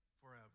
forever